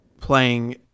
playing